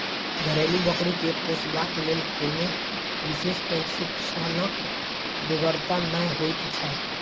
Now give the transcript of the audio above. घरेलू बकरी के पोसबाक लेल कोनो विशेष प्रशिक्षणक बेगरता नै होइत छै